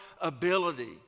ability